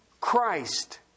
Christ